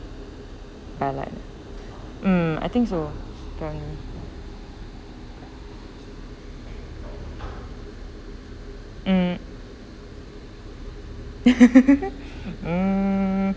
ya lah mm I think so apparently mm mm